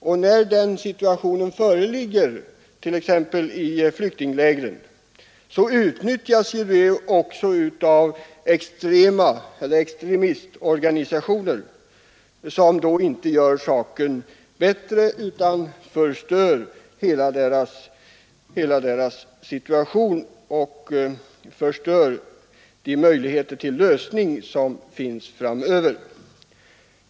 Och när den situationen föreligger, t.ex. i flyktinglägren, utnyttjas den av extremistorganisationer, som inte gör saken bättre utan helt enkelt förstör de möjligheter till lösning som kunde finnas framöver.